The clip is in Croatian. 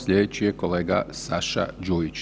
Slijedeći je kolega Saša Đujić.